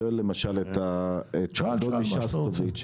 שואל למשל את דב משסטוביץ.